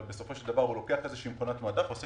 אבל בסופו של דבר הוא לוקח איזו מכונת מדף ועושה